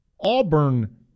Auburn